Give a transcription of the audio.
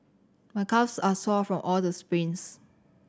my calves are sore from all the sprints